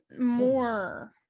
more